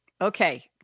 Okay